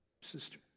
sister